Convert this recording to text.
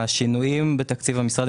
העלייה הזאת תתפרס,